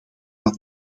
dat